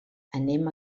anem